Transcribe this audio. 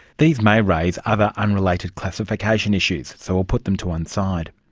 these may raise other unrelated classification issues, so we'll put them to one side.